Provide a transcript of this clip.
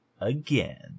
Again